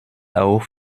auch